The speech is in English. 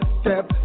step